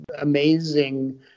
amazing